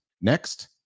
Next